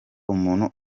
umuntu